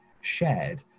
shared